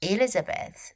Elizabeth